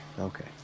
Okay